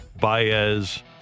Baez